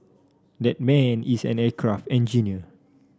that man is an aircraft engineer